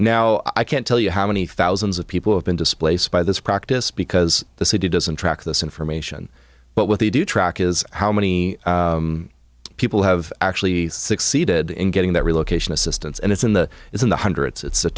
now i can't tell you how many thousands of people have been displaced by this practice because the city doesn't track this information but what they do track is how many people have actually succeeded in getting that relocation assistance and it's in the it's in the hundreds it's a